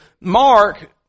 Mark